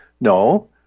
No